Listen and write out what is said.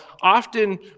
often